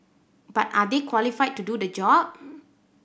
but are they qualified to do the job